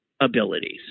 abilities